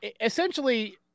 essentially